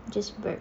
just burp